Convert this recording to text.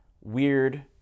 weird